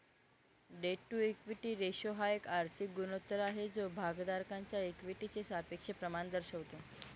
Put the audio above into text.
date to equity ratio हा एक आर्थिक गुणोत्तर आहे जो भागधारकांच्या इक्विटीचे सापेक्ष प्रमाण दर्शवतो